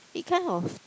it kind of